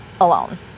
alone